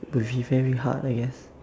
would be very hard I guess